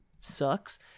sucks